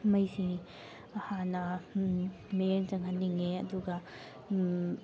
ꯃꯩꯁꯤ ꯍꯥꯟꯅ ꯃꯤꯠꯌꯦꯡ ꯆꯪꯍꯟꯅꯤꯡꯉꯤ ꯑꯗꯨꯒ